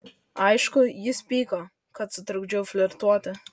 aišku jis pyko kad sutrukdžiau flirtuoti